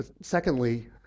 Secondly